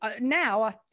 Now